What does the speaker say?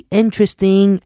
interesting